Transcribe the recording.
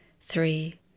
three